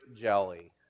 jelly